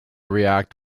react